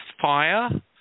fire